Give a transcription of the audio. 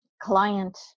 client